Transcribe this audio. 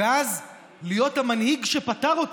ואז להיות המנהיג שפתר אותה,